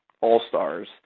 all-stars